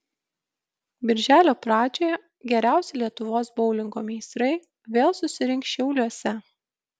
birželio pradžioje geriausi lietuvos boulingo meistrai vėl susirinks šiauliuose